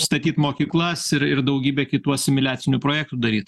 statyt mokyklas ir ir daugybę kitų asimiliacinių projektų daryt